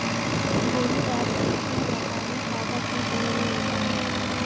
भोलू दास को अपने व्यापार में फायदा कम समय में मिलता है